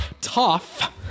tough